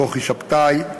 כוכי שבתאי,